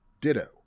ditto